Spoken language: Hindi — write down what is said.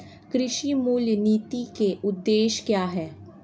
कृषि मूल्य नीति के उद्देश्य क्या है?